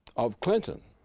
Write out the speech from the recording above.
of clinton,